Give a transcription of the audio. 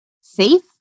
safe